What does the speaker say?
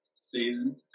season